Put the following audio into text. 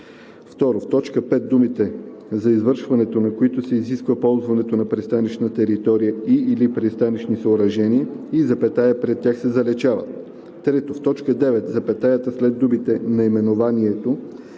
2. В т. 5 думите „за извършването на които се изисква ползването на пристанищна територия и/или пристанищни съоръжения“ и запетаята пред тях се заличава. 3. В т. 9 запетаята след думата „наименованието“